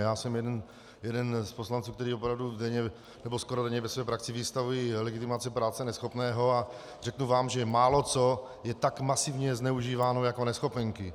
Já jsem jeden z poslanců, který opravdu denně nebo skoro denně ve své praxi vystavují legitimace práce neschopného, a řeknu vám, že máloco je tak masivně zneužíváno jako neschopenky.